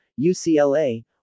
UCLA